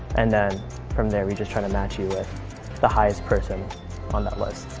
and then from there, we just try to match you with the highest person on that list.